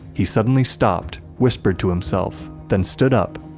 he suddenly stopped, whispered to himself, then stood up,